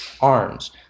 arms